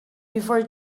before